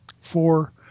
four